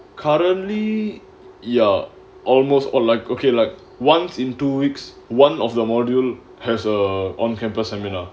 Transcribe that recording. currently you're almost or like okay like once in two weeks one of the module has a on campus seminar